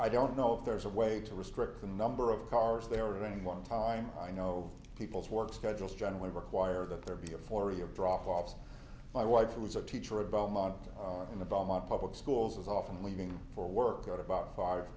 i don't know if there's a way to restrict the number of cars there are any one time i know people's work schedules generally require that there be a forty of drop offs my wife was a teacher about a month in the belmont public schools often leaving for work at about five